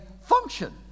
function